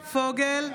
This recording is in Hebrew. פוגל,